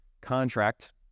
contract